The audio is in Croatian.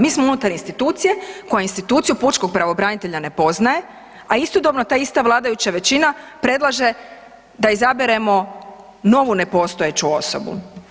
Mi smo unutar institucije koja instituciju pučkog pravobranitelja ne poznaje, a istodobno ta ista vladajuća većina predlaže da izaberemo novu nepostojeću osobu.